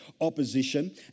opposition